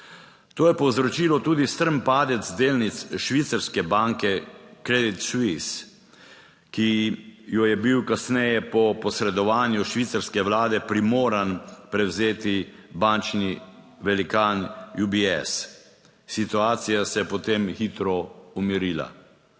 To je povzročilo tudi strm padec delnic švicarske banke Credit Suisse ki jo je bil kasneje po posredovanju švicarske vlade primoran prevzeti bančni velikan UBS. Situacija se je potem hitro umirila.